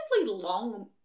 long